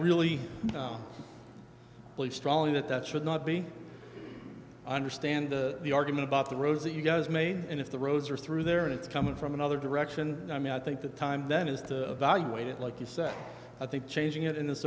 really believe strongly that that should not be i understand the argument about the roads that you guys made and if the roads are through there and it's coming from another direction i mean i think the time then is to valuate it like you say i think changing it in this